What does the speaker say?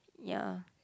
ya